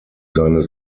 seines